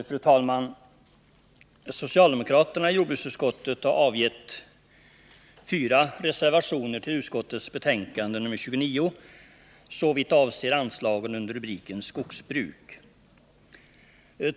Fru talman! Socialdemokraterna i jordbruksutskottet har avgett fyra reservationer till utskottets betänkande nr 29 såvitt avser anslagen under rubriken Skogsbruk.